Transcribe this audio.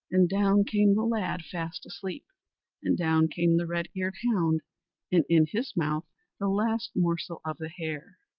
and down came the lad fast asleep and down came the red-eared hound and in his mouth the last morsel of the hare.